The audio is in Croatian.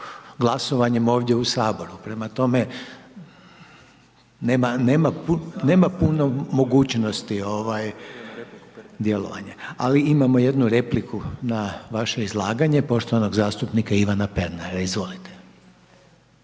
govornik se ne razumije./ … mogućnosti ovaj djelovanja. Ali imamo jednu repliku na vaše izlaganje, poštovanog zastupnika Ivana Pernara. Izvolite.